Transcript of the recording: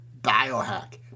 biohack